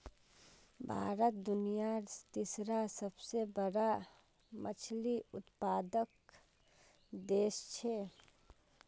भारत दुनियार तीसरा सबसे बड़ा मछली उत्पादक देश छे